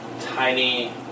tiny